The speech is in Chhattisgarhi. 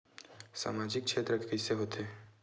सामजिक क्षेत्र के कइसे होथे?